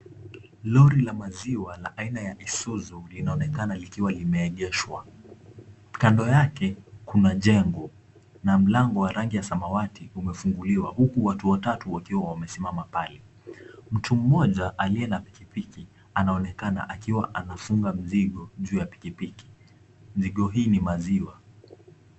Lori la maziwa la aina ya Isuzu linaonekana likiwa limeegeshwa. Kando yake kuna jengo na mlango wa rangi ya samawati umefunguliwa huku watu watatu wakiwa wamesimama pale. Mtu mmoja aliye na pikipiki, anaonekana akiwa anafunga mzigo juu ya pikipiki. Mzigo hii ni maziwa.